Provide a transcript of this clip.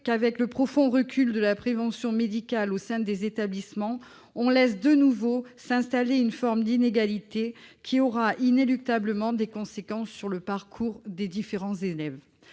qu'avec le profond recul de la prévention médicale au sein des établissements on laisse de nouveau s'installer une forme d'inégalité qui aura inéluctablement des conséquences sur le parcours des différents élèves.